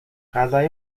غذای